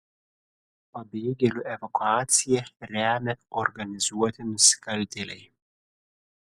pabėgėlių evakuaciją remia organizuoti nusikaltėliai